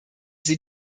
sie